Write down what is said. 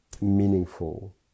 meaningful